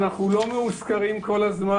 אנחנו לא מאוזכרים כל הזמן.